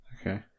Okay